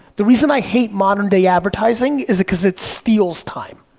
the reason i hate modern day advertising is cause it steals time.